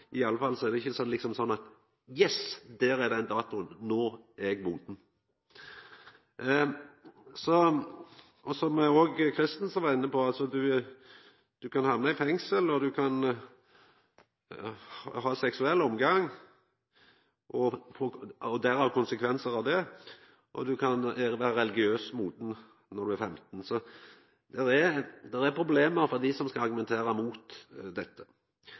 er det ikkje sånn at ein kan seia: Yes, no er datoen her, no er eg moden! Som òg Christensen var inne på, du kan hamna i fengsel, du kan ha seksuell omgang og måtta ta konsekvensane av det, og du er religiøst moden når du er 15, så det er problem for dei som skal argumentera mot dette.